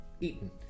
eaten